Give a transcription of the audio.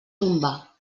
tombar